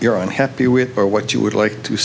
you're unhappy with or what you would like to